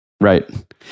Right